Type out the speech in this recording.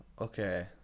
okay